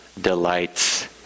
delights